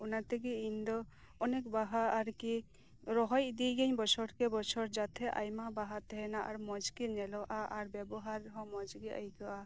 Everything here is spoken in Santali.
ᱚᱱᱟᱛᱮᱜᱮ ᱤᱧᱫᱚ ᱚᱱᱮᱠ ᱵᱟᱦᱟ ᱟᱨᱠᱤ ᱨᱚᱦᱚᱭ ᱤᱫᱤᱭ ᱜᱤᱭᱟᱹᱧ ᱵᱚᱪᱷᱚᱨᱠᱮ ᱵᱚᱪᱷᱚᱨ ᱚᱱᱟᱛᱮ ᱟᱭᱢᱟ ᱵᱟᱦᱟ ᱛᱟᱦᱮᱱᱟ ᱢᱚᱸᱡᱽᱜᱮ ᱧᱮᱞᱚᱜᱼᱟ ᱟᱨ ᱵᱮᱵᱚᱦᱟᱨ ᱦᱚᱸ ᱢᱚᱸᱡᱽᱜᱮ ᱟᱹᱭᱠᱟᱹᱜᱼᱟ